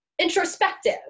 introspective